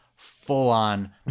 Full-on